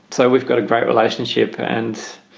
so we've got a great relationship. and,